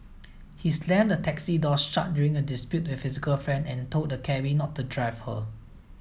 he slammed the taxi door shut during a dispute with his girlfriend and told the cabby not to drive her